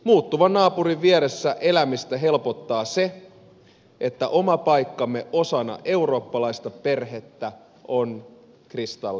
muuttuvan naapurin vieressä elämistä helpottaa se että oma paikkamme osana eurooppalaista perhettä on kristallinkirkas